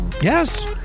Yes